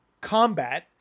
combat